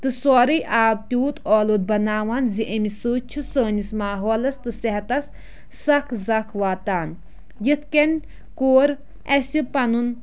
تہٕ سورُے آب تیوٗت اولوٗد بَناوان زِ امہِ سۭتۍ چھِ سٲنِس ماحولَس تہٕ صحتَس سَخ زَخ واتان یِتھ کٔنۍ کوٚر اَسہِ پَنُن